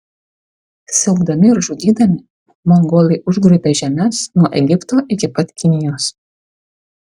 siaubdami ir žudydami mongolai užgrobė žemes nuo egipto iki pat kinijos